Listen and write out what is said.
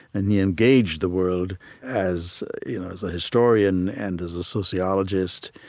and he engaged the world as you know as a historian and as a sociologist,